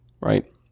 right